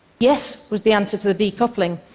yes was the answer to the decoupling,